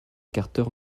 carter